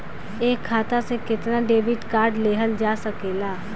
एक खाता से केतना डेबिट कार्ड लेहल जा सकेला?